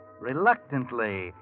reluctantly